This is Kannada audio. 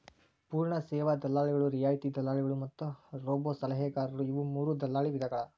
ಪೂರ್ಣ ಸೇವಾ ದಲ್ಲಾಳಿಗಳು, ರಿಯಾಯಿತಿ ದಲ್ಲಾಳಿಗಳು ಮತ್ತ ರೋಬೋಸಲಹೆಗಾರರು ಇವು ಮೂರೂ ದಲ್ಲಾಳಿ ವಿಧಗಳ